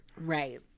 right